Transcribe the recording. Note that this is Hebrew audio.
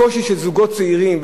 הקושי של זוגות צעירים,